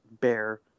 bear